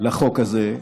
בחוק הזה,